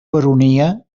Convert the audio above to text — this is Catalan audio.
baronia